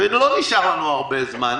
ולא נשאר לנו הרבה זמן,